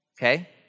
Okay